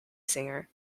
singer